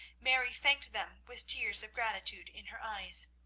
mary thanked them with tears of gratitude in her eyes.